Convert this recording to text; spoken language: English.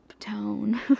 tone